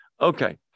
Okay